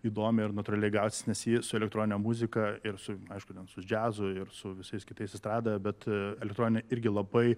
įdomiai ir natūraliai gausis nes ji su elektronine muzika ir su aišku su džiazu ir su visais kitais estradoje bet elektroninė irgi labai